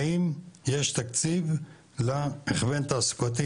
האם יש תקציב להכוון תעסוקתי,